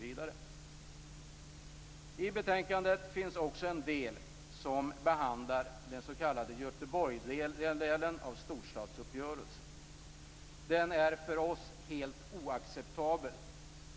I betänkandet behandlas även Göteborgsdelen av storstadsuppgörelsen. Den är för oss helt oacceptabel.